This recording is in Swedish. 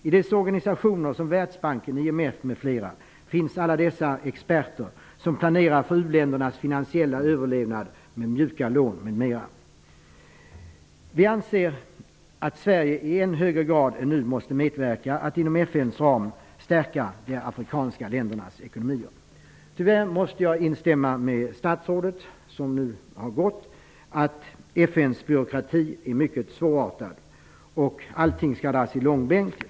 I FN:s organisationer -- Världsbanken, IMF, m.fl. -- finns alla dessa experter som planerar för u-ländernas finansiella överlevnad med mjuka lån m.m. Vi anser att Sverige i än högre grad än nu måste medverka till att inom FN:s ram stärka de afrikanska ländernas ekonomier. Tyvärr måste jag instämma med statsrådet, som nu har gått, att FN:s byråkrati är mycket svårartad. Allting skall dras i långbänk.